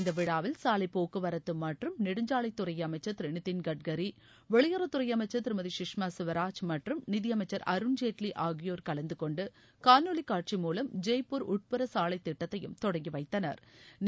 இந்த விழாவில் சாலை போக்குவரத்து மற்றும் நெடுஞ்சாலைத்துறை அமைச்சர் திரு நிதின் கட்கரி வெளியுறவுத்துறை அமைச்சர் திருமதி குஷ்மா குவராஜ் மற்றும் நிதியமைச்சர் அருண்ஜேட்லி ஆகியோர் கலந்தகொண்டு காணொலி காட்சி மூலம் ஜெய்ப்பூர் உட்புற சாலைத் திட்டத்தையும் தொடங்கி வைத்தனா்